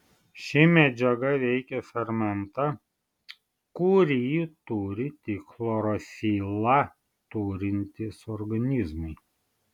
ši medžiaga veikia fermentą kurį turi tik chlorofilą turintys organizmai